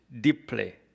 deeply